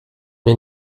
mir